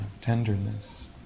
tenderness